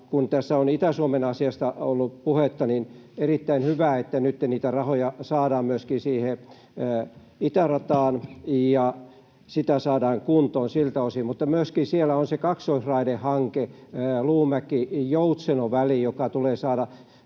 kun tässä on Itä-Suomen asiasta ollut puhetta, niin on erittäin hyvä, että nytten niitä rahoja saadaan myöskin siihen itärataan ja sitä saadaan kuntoon siltä osin, mutta siellä on myöskin se kaksoisraidehanke, Luumäki—Joutseno-väli, joka tulee saada